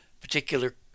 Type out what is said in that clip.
particular